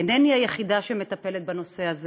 אינני היחידה שמטפלת בנושא הזה.